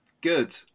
Good